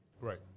Right